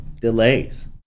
delays